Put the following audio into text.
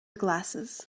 glasses